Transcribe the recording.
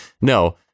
no